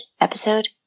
Episode